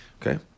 Okay